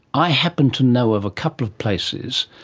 i happen to know of a couple of places,